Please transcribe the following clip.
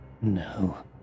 No